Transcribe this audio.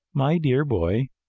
my dear boy,